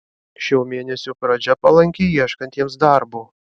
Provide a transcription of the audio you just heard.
šio mėnesio pradžia palanki ieškantiems darbo